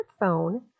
smartphone